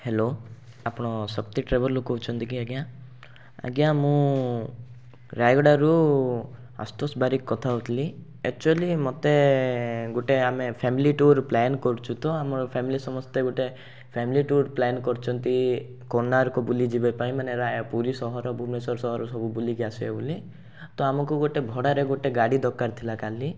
hello ଆପଣ ଶକ୍ତି ଟ୍ରାଭେଲ୍ରୁ କହୁଛନ୍ତି କି ଆଜ୍ଞା ଆଜ୍ଞା ମୁଁ ରାୟଗଡ଼ାରୁ ଆଶୁତୋଷ ବାରିକ କଥା ହେଉଥିଲି ଏକ୍ଚୁୟାଲି ଗୋଟେ ଆମେ ଫ୍ୟାମିଲି ଟୁର୍ ପ୍ଲାନ୍ କରୁଛୁ ତ ଆମ ଫ୍ୟାମିଲି ସମସ୍ତେ ଗୋଟେ ଫ୍ୟାମିଲି ଟୁର୍ ପ୍ଲାନ୍ କରିଛନ୍ତି କୋଣାର୍କ ବୁଲିଯିବା ପାଇଁ ମାନେ ରା ପୁରୀ ସହର ଭୁବନେଶ୍ୱର ସହର ସବୁ ବୁଲିକି ଆସିବେ ବୋଲି ତ ଆମକୁ ଗୋଟେ ଭଡ଼ାରେ ଗୋଟେ ଗାଡ଼ି ଦରକାର୍ ଥିଲା କାଲି